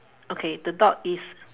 okay the dog is